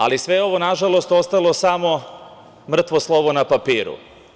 Ali, sve ovo nažalost ostalo je samo mrtvo slovo na papiru.